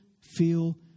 feel